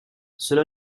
cela